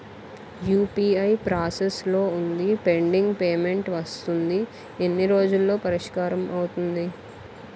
UPI process లో వుంది pending payment వస్తుంది ఎన్ని రోజుల్లో పరిష్కారం అవుతుంది